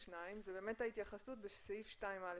ההתייחסות בסעיף 2(א),